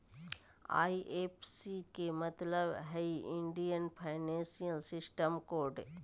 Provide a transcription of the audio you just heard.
IFSC के मतलब हइ इंडियन फाइनेंशियल सिस्टम कोड